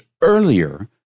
earlier